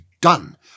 done